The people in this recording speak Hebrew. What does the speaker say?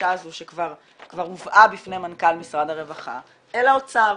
הדרישה הזאת שכבר הובאה בפני מנכ"ל משרד הרווחה אל האוצר.